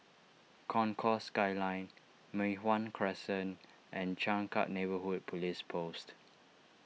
Concourse Skyline Mei Hwan Crescent and Changkat Neighbourhood Police Post